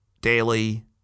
daily